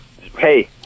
Hey